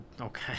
Okay